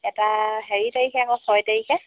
এটা হেৰি তাৰিখে আকৌ ছয় তাৰিখে